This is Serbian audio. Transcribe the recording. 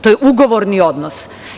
To je ugovorni odnos.